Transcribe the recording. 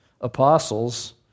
apostles